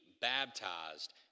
baptized